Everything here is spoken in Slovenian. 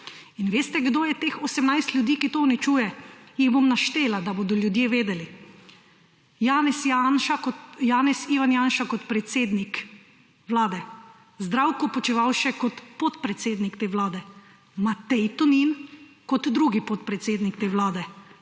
In veste kdo je teh 18 ljudi, ki to uničuje? Jih bom naštela, da bodo ljudje vedeli. Janez (Ivan) Janša kot predsednik Vlade. Zdravko Počivalšek kot podpredsednik te Vlade. Matej Tonin kot drugi podpredsednik te Vlade,